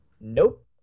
Nope